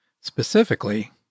Specifically